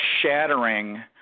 shattering